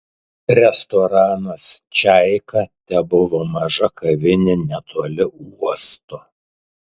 restoranas čaika tebuvo maža kavinė netoli uosto